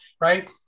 right